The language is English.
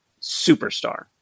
Superstar